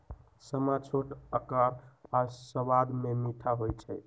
समा छोट अकार आऽ सबाद में मीठ होइ छइ